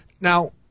Now